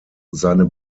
seine